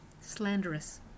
slanderous